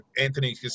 Anthony